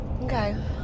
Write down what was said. Okay